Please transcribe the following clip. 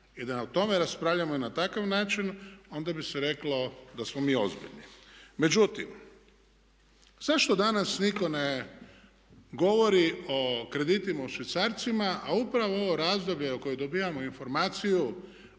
i da o tome raspravljamo i na takav način onda bi se reklo da smo mi ozbiljni. Međutim, zašto danas nitko ne govori o kreditima u švicarcima a upravo ovo razdoblje u kojem dobijamo informaciju